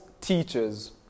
teachers